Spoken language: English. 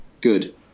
Good